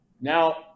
Now